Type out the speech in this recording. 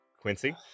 Quincy